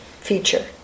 feature